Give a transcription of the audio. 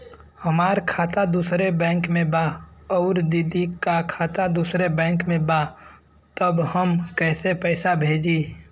हमार खाता दूसरे बैंक में बा अउर दीदी का खाता दूसरे बैंक में बा तब हम कैसे पैसा भेजी?